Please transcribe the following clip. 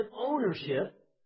ownership